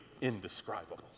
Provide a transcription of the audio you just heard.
indescribable